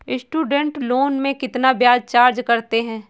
Student loan में कितना ब्याज चार्ज करते हैं?